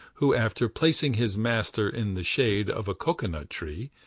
who after placing his master in the shade of a cocoanut tree,